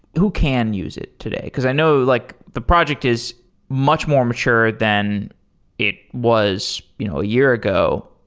who can use it today? because i know like the project is much more mature than it was you know a year ago.